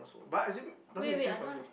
but as in doesn't make sense for me to